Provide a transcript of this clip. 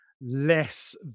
less